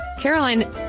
Caroline